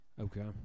Okay